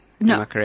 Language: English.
No